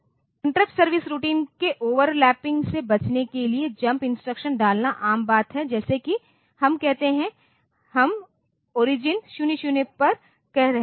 interrupt service routing के overlapping से बचने के लिए जंप इंस्ट्रक्शन डालना आम बात है जैसे कि हम कहते हैं हम ओरिजिन 00 पर कह रहे हैं